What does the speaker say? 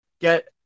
get